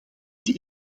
dit